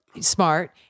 Smart